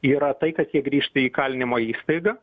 yra tai kad jie grįžta į įkalinimo įstaigą